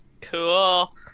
Cool